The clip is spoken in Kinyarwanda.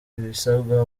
ibisabwa